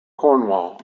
cornwall